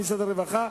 ממשרד הרווחה,